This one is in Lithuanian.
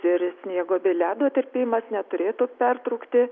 ir sniego bei ledo tirpimas neturėtų pertrūkti